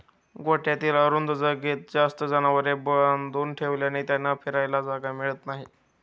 गोठ्यातील अरुंद जागेत जास्त जनावरे बांधून ठेवल्याने त्यांना फिरायला जागा मिळत नाही